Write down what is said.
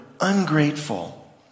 ungrateful